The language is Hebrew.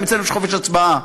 וגם אצלנו יש חופש הצבעה,